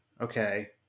Okay